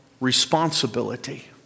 responsibility